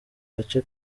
gace